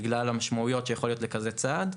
בגלל המשמעויות שיכול להיות לכזה צעד,